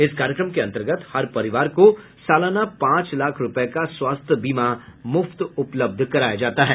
इस कार्यक्रम के अंतर्गत हर परिवार को सालाना पांच लाख रुपये का स्वास्थ्य बीमा मुफ्त उपलब्ध कराया जाता है